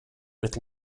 with